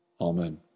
Amen